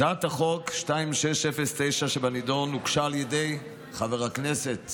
הצעת החוק 2609 שבנדון הוגשה על ידי חבר הכנסת